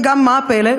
ומה הפלא?